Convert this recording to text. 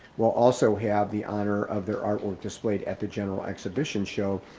will also have the honor of their artwork displayed at the general exhibition show,